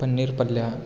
ಪನ್ನೀರ್ ಪಲ್ಯ